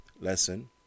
lesson